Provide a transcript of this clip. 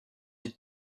les